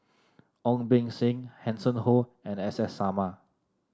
Ong Beng Seng Hanson Ho and S S Sarma